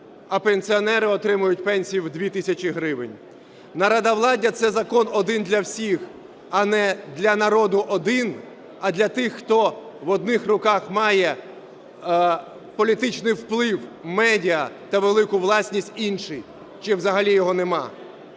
а пенсіонери отримують пенсії в 2 тисячі гривень. Народовладдя – це закон один для всіх, а не для народу один, а для тих, хто в одних руках має політичний вплив, медіа та велику власність, інший чи взагалі його нема.